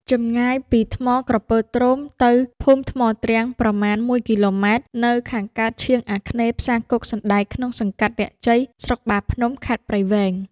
ចម្ងាយពីថ្មក្រពើទ្រោម ទៅភូមិថ្មទ្រាំងប្រមាណ ១ គ.ម. នៅខាងកើតឆៀងអាគ្នេយ៍ផ្សារគោកសណ្ដែក ក្នុងសង្កាត់រាក់ជ័យ ស្រុកបាភ្នំ ខេត្តព្រៃវែង ។